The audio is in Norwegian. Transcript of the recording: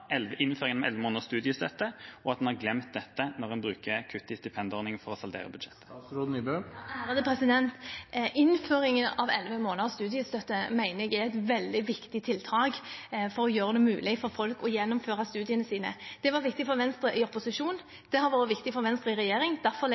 innføringen av elleve måneders studiestøtte, og at en har glemt dette når en bruker kutt i stipendordningen for å saldere budsjettet. Innføringen av elleve måneders studiestøtte mener jeg er et veldig viktig tiltak for å gjøre det mulig for folk å gjennomføre studiene sine. Det var viktig for Venstre i opposisjon, det har vært viktig for Venstre i regjering.